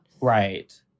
right